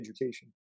education